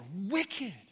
wicked